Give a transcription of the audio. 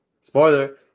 spoiler